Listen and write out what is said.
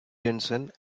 jensen